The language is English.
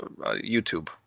YouTube